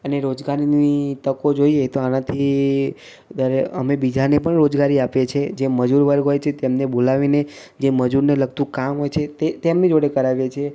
અને રોજગારીની તકો જોઈએ તો આનાથી અમે બીજાને પણ રોજગારી આપીએ છીએ જે મજૂર વર્ગ હોય છે તેમને બોલાવીને જે મજૂરને લગતું કામ હોય છે તે તેમની જોડે કરાવીએ છીએ